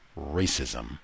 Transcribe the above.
racism